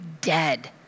dead